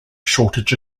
shortage